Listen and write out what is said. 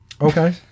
Okay